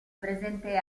presente